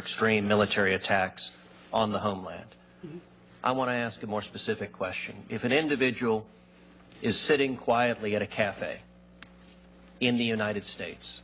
extreme military attacks on the homeland i want to ask a more specific question if an individual is sitting quietly at a cafe in the united states